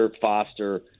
Foster